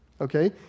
Okay